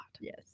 Yes